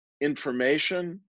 information